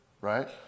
right